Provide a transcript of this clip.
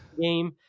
Game